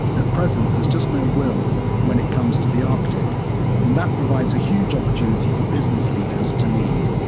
at present there's just no will when it comes to the arctic, and that provides a huge opportunity for business leaders to lead.